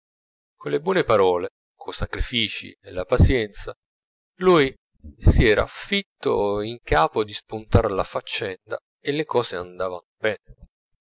con le buone parole co sacrificii e la pazienza lui si era fitto in capo di spuntar la faccenda e le cose andavano bene